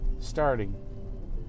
starting